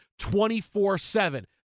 24-7